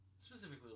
specifically